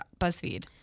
buzzfeed